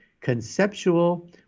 conceptual